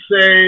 say